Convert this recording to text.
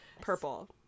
Purple